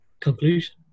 conclusion